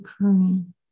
occurring